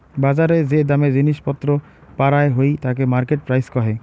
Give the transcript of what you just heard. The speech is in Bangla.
বজারে যে দামে জিনিস পত্র পারায় হই তাকে মার্কেট প্রাইস কহে